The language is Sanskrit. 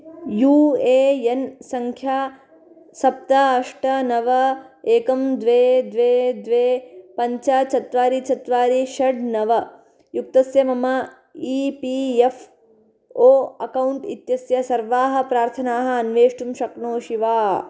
यू ए एन् सङ्ख्या सप्त अष्ट नव एकम् द्वे द्वे द्वे पञ्च चत्वारि चत्वारि षट् नव युक्तस्य ममई पी एफ़् ओ अक्कौण्ट् इत्यस्य सर्वाः प्रार्थनाः अन्वेष्टुं शक्नोषि वा